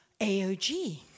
AOG